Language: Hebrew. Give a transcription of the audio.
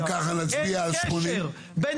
אם ככה נצביע על --- אין קשר בין